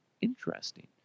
Interesting